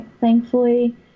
thankfully